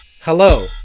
Hello